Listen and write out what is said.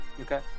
Okay